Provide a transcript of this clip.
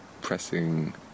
pressing